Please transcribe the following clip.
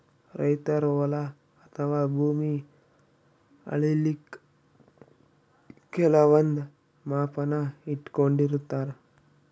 ರೈತರ್ ಹೊಲ ಅಥವಾ ಭೂಮಿ ಅಳಿಲಿಕ್ಕ್ ಕೆಲವಂದ್ ಮಾಪನ ಇಟ್ಕೊಂಡಿರತಾರ್